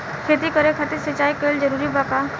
खेती करे खातिर सिंचाई कइल जरूरी बा का?